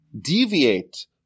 deviate